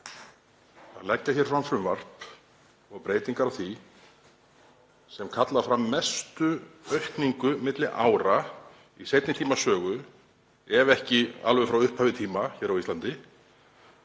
að leggja fram frumvarp og breytingar á því sem kalla fram mestu aukningu milli ára í seinni tíma sögu, ef ekki frá upphafi tíma hér á Íslandi,